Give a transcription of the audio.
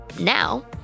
Now